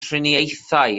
triniaethau